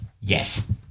Yes